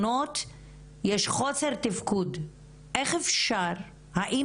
זה ההשלכות של האכיפה והשיטור --- זה ההשלכות,